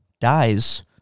dies